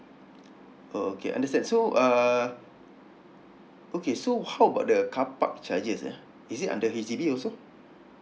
oh okay understand so uh okay so how about the carpark charges ah is it under H_D_B also